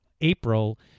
April